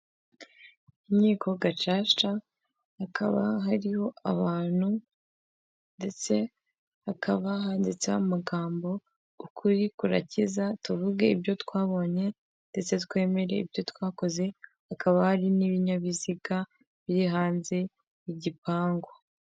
Inkiko gacaca hakaba hariho abantu ndetse hakaba handitseho amagambo, Ukuri kurakiza tuvuge ibyo twabonye ndetse twemere ibyo twakoze, hakaba hari n'ibinyabiziga biri hanze y'igipangu.